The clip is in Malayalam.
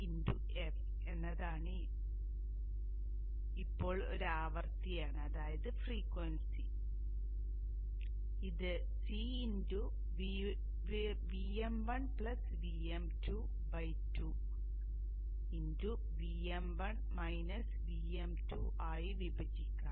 f എന്നത് ഇപ്പോൾ ഒരു ആവൃത്തിയാണ് ഇത് C Vm1 Vm22 ആയി വിഭജിക്കാം